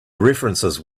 references